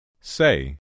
Say